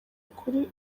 kuri